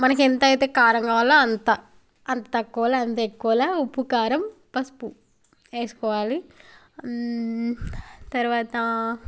మనకి ఎంత అయితే కారం కావాలో అంత అంత తక్కువలో అంత ఎక్కువలో ఉప్పు కారం పసుపు వేసుకోవాలి తర్వాత